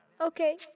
Okay